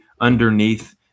underneath